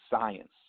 science